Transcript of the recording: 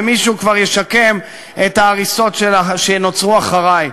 ומישהו כבר ישקם את ההריסות שנוצרו אחרי.